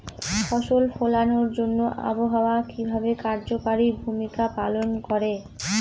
ফসল ফলানোর জন্য আবহাওয়া কিভাবে কার্যকরী ভূমিকা পালন করে?